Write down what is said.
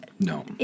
No